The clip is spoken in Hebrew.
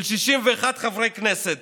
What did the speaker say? של 61 חברי כנסת